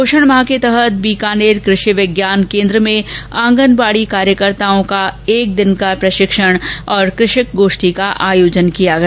पोषण माह के तहत आज बीकानेर कृषि विज्ञान केन्द्र में आंगनवाडी कार्यकर्ताओं का एक दिवसीय प्रशिक्षण और कृषक गोष्ठी का आयोजन किया गया